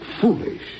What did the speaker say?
foolish